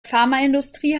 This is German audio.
pharmaindustrie